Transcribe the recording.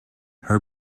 her